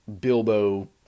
Bilbo